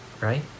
right